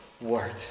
word